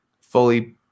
fully